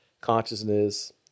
consciousness